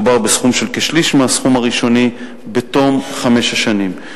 מדובר בסכום של כשליש מהסכום הראשוני בתום חמש השנים.